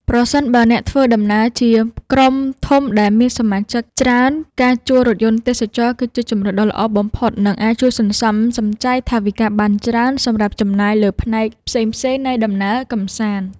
ប្រសិនបើអ្នកធ្វើដំណើរជាក្រុមធំដែលមានសមាជិកច្រើនការជួលរថយន្តទេសចរណ៍គឺជាជម្រើសដ៏ល្អបំផុត និង អាចជួយសន្សំសំចៃថវិកាបានច្រើនសម្រាប់ចំណាយលើផ្នែកផ្សេងៗនៃដំណើរកម្សាន្ត។